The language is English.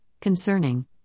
concerning